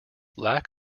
lack